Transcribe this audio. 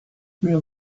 wear